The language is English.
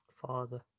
father